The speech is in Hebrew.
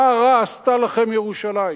מה רע עשתה לכם ירושלים?